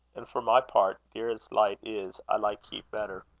and for my part, dear as light is, i like heat better.